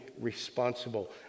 responsible